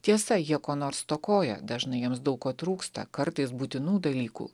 tiesa jie ko nors stokoja dažnai jiems daug ko trūksta kartais būtinų dalykų